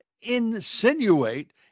insinuate